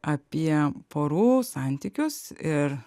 apie porų santykius ir